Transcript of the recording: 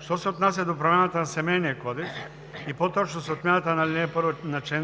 Що се отнася до промяната на Семейния кодекс, и по-точно с отмяната на ал. 1 на чл.